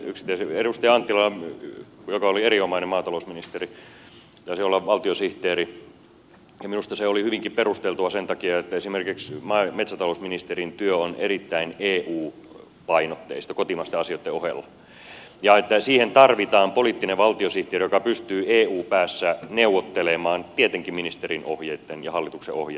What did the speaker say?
edustaja anttilalla joka oli erinomainen maatalousministeri taisi olla valtiosihteeri ja minusta se oli hyvinkin perusteltua sen takia että esimerkiksi maa ja metsätalousministerin työ on erittäin eu painotteista kotimaisten asioitten ohella ja että siihen tarvitaan poliittinen valtiosihteeri joka pystyy eu päässä neuvottelemaan tietenkin ministerin ohjeitten ja hallituksen ohjeitten mukaisesti